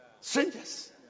Strangers